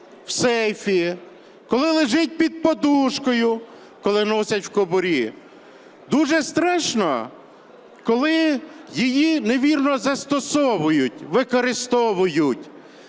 в сейфі, коли лежить під подушкою, коли носять у кобурі. Дуже страшно, коли її невірно застосовують, використовують,